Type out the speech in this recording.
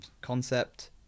concept